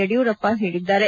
ಯಡಿಯೂರಪ್ಪ ಹೇಳಿದ್ದಾರೆ